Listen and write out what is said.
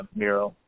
mural